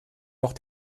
noch